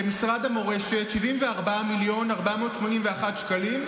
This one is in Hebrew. במרץ אושרו למשרד המורשת 74.481 מיליון,